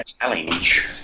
challenge